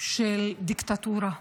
של דיקטטורה.